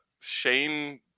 Shane